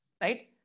right